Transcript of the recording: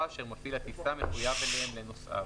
אשר מפעיל הטיסה מחויב אליהם לנוסעיו".